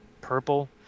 purple